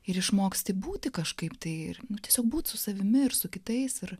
ir išmoksti būti kažkaip tai tiesiog būti su savimi ir su kitais ir